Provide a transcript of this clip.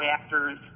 actors